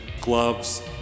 gloves